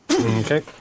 Okay